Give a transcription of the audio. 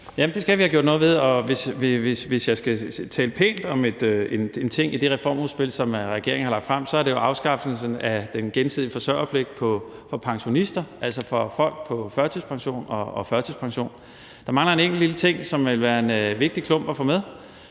det skal vi have gjort noget ved, og hvis jeg skal tale pænt om en ting i det reformudspil, som regeringen har lagt frem, er det afskaffelsen af den gensidige forsørgerpligt for pensionister, altså for folk på førtidspension og folkepension. Der mangler en enkelt lille ting, som vil være en vigtig klump at få med,